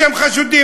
אתם חשודים,